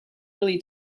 really